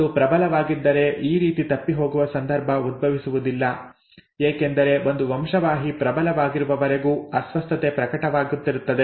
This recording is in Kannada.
ಅದು ಪ್ರಬಲವಾಗಿದ್ದರೆ ಈ ರೀತಿ ತಪ್ಪಿಹೋಗುವ ಸಂದರ್ಭ ಉದ್ಭವಿಸುವುದಿಲ್ಲ ಏಕೆಂದರೆ ಒಂದು ವಂಶವಾಹಿ ಪ್ರಬಲವಾಗಿರುವವರೆಗೂ ಅಸ್ವಸ್ಥತೆ ಪ್ರಕಟವಾಗುತ್ತಿರುತ್ತದೆ